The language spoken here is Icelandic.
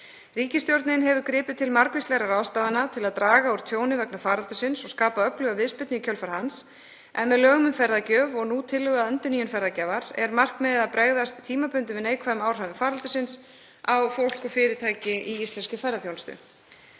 Ríkisstjórnin hefur gripið til margvíslegra ráðstafana til að draga úr tjóni vegna faraldursins og skapa öfluga viðspyrnu í kjölfar hans en með lögum um ferðagjöf og nú tillögu um endurnýjun ferðagjafar er markmiðið að bregðast tímabundið við neikvæðum áhrifum faraldursins á fólk og fyrirtæki í íslenskri ferðaþjónustu.